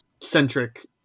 centric